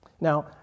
Now